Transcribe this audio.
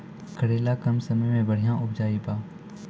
करेला कम समय मे बढ़िया उपजाई बा?